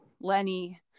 Lenny